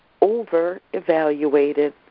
over-evaluated